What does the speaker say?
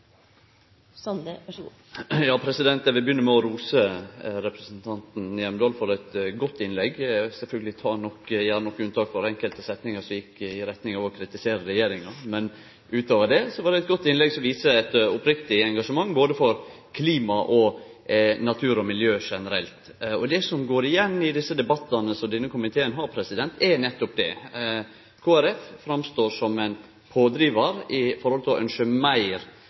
Eg vil begynne med å rose representanten Hjemdal for eit godt innlegg. Eg vil sjølvsagt gjere nokre unntak for enkelte setningar som gjekk i retning av å kritisere regjeringa, men utover det var det eit godt innlegg, som viste eit oppriktig engasjement både for klima og for natur og miljø generelt. Det som går igjen i desse debattane som denne komiteen har, er nettopp det. Kristeleg Folkeparti står fram som ein pådrivar og ynskjer meir Soria Moria-politikk, altså meir